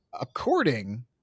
According